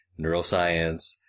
neuroscience